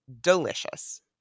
delicious